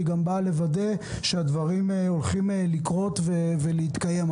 היא באה גם לוודא שהדברים הולכים לקרות ולהתקיים.